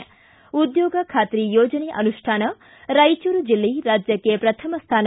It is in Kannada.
ಉದ್ಯೋಗ ಖಾತ್ರಿ ಯೋಜನೆ ಅನುಷ್ಠಾನ ರಾಯಚೂರು ಜೆಲ್ಲೆ ರಾಜ್ಯಕ್ಷೆ ಪ್ರಥಮ ಸ್ಟಾನ